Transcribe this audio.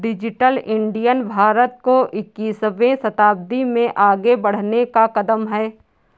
digital India Bharat को इक्कीसवें शताब्दी में आगे बढ़ने का कदम है